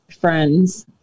friends